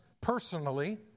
personally